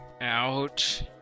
Ouch